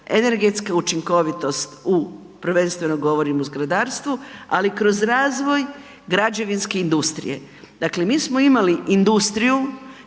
energetska učinkovitost prvenstveno govorim u zgradarstvu, ali kroz razvoj građevinske industrije. Dakle mi smo imali industriju